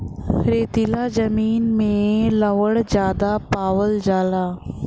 रेतीला जमीन में लवण ज्यादा पावल जाला